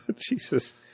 Jesus